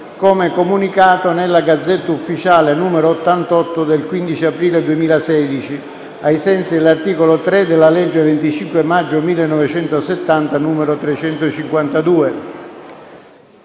come comunicato nella *Gazzetta Ufficiale* n. 88 del 15 aprile 2016, ai sensi dell'articolo 3 della legge 25 maggio 1970, n. 352.